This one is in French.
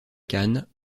cannes